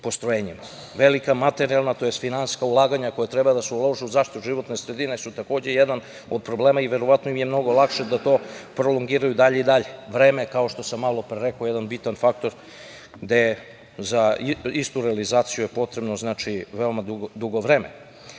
materijalna, tj. finansijska ulaganja koja treba da se ulože u zaštitu životne sredine su takođe jedan od problema i verovatno im je mnogo lakše da to prolongiraju dalje i dalje. Vreme, kao što sam malopre rekao je jedan bitan faktor, gde za istu realizaciju je potrebno veoma dugo